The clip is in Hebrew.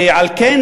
ועל כן,